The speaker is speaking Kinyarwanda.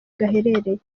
gaherereye